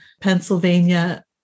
Pennsylvania